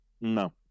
No